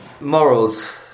Morals